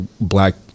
black